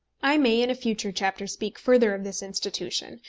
i may in a future chapter speak further of this institution,